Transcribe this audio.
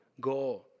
go